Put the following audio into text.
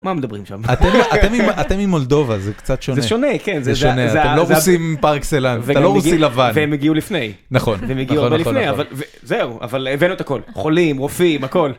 מה מדברים שם? אתם עם מולדובה זה קצת שונה, זה שונה, אתם לא רוסים פרקסלאנס, אתה לא רוסי לבן, והם הגיעו לפני, נכון, נכון, נכון, זהו אבל הבאנו את הכל, חולים, רופאים, הכל.